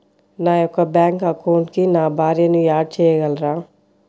నా యొక్క బ్యాంక్ అకౌంట్కి నా భార్యని యాడ్ చేయగలరా?